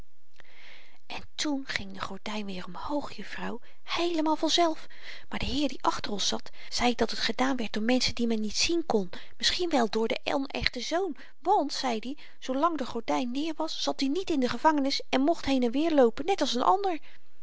en toen ging de gordyn weer omhoog juffrouw heelemaal vanzelf maar de heer die achter ons zat zei dat het gedaan werd door menschen die men niet zien kon misschien wel door den onechten zoon want zeid i zoolang de gordyn neer was zat i niet in de gevangenis en mocht heen-en-weer loopen net als n ander